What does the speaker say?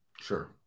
Sure